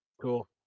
Cool